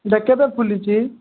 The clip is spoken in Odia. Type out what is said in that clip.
ଏଇଟା କେବେ ଫୁଲିଛି